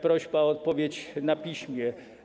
Proszę o odpowiedź na piśmie.